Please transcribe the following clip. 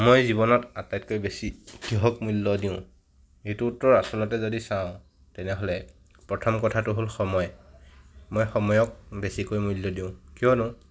মই জীৱনত আটাইতকৈ বেছি কিহক মূল্য দিওঁ এইটো উত্তৰ আচলতে যদি চাওঁ তেনেহ'লে প্ৰথম কথাটো হ'ল সময় মই সময়ক বেছিকৈ মূল্য দিওঁ কিয়নো